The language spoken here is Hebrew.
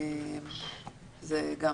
זה גם